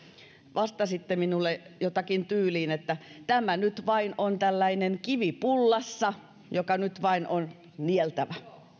vastasitte minulle jotakin tyyliin että tämä nyt vain on tällainen kivi pullassa joka nyt vain on nieltävä